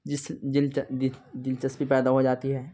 جس دل چسپی پیدا ہو جاتی ہے